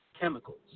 chemicals